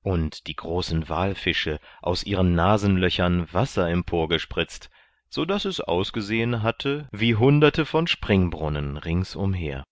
und die großen walfische aus ihren nasenlöchern wasser emporgespritzt sodaß es ausgesehen hatte wie hunderte von springbrunnen ringsumher